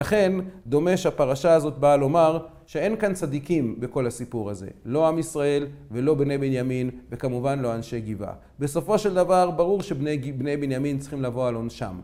לכן, דומה שהפרשה הזאת באה לומר שאין כאן צדיקים בכל הסיפור הזה, לא עם ישראל, ולא בני בנימין, וכמובן לא אנשי גבעה. בסופו של דבר, ברור שבני בנימין צריכים לבוא על עונשם.